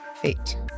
fate